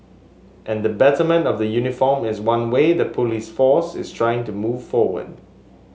and the betterment of the uniform is one way the police force is trying to move forward